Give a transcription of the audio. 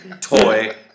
toy